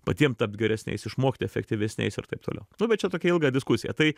patiem tapt geresniais išmokt efektyvesniais ir taip toliau nu bet čia tokia ilga diskusija tai